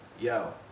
yo